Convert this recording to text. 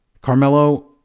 Carmelo